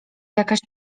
jakaś